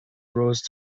rose